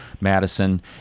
Madison